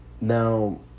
Now